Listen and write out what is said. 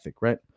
right